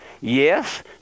Yes